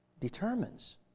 determines